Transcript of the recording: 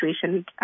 situation